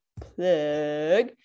plug